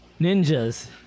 ninjas